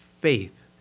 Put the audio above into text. faith